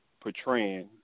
portraying